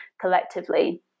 collectively